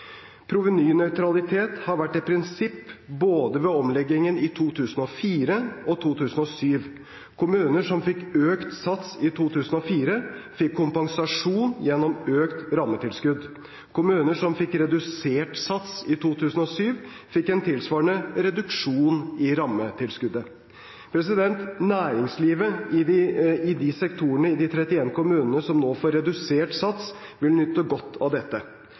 Provenynøytralitet har vært et prinsipp ved omleggingene i både 2004 og 2007. Kommuner som fikk økt sats i 2004, fikk kompensasjon gjennom økt rammetilskudd. Kommuner som fikk redusert sats i 2007, fikk en tilsvarende reduksjon i rammetilskuddet. Næringslivet i de sektorene i de 31 kommunene som nå får redusert sats, vil nyte godt av dette.